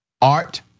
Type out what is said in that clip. Art